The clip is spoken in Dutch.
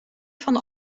van